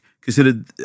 considered